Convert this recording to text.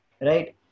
right